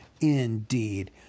indeed